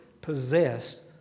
possessed